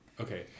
Okay